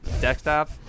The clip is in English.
desktop